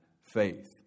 faith